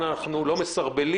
אתם מסרבלים